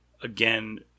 again